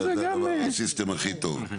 תודה רבה, שזה גם סיסטם הכי טוב.